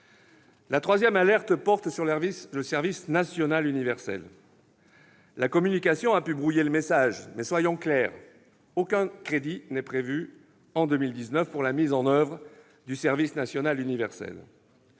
La troisième alerte porte sur le service national universel, SNU. La communication a pu brouiller le message, mais soyons clairs : aucun crédit n'est prévu en 2019 pour la mise en oeuvre de celui-ci.